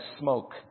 smoke